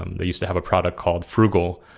um they used to have a product called frugal.